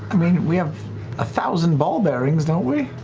i mean, we have a thousand ball bearings, don't we?